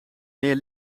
meer